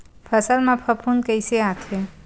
फसल मा फफूंद कइसे आथे?